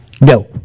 no